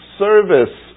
service